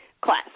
class